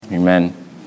Amen